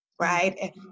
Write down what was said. right